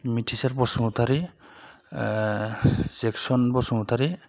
Mithisar Basumatary Jackson Basumatary